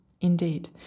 Indeed